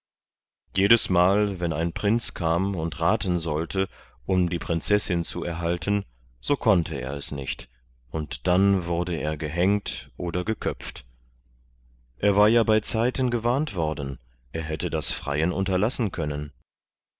jedesmal wenn ein prinz kam und raten sollte um die prinzessin zu erhalten so konnte er es nicht und dann wurde er gehängt oder geköpft er war ja bei zeiten gewarnt worden er hätte das freien unterlassen können